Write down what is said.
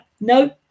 no